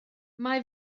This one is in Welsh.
mae